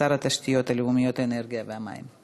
שר התשתיות הלאומיות, האנרגיה והמים.